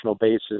basis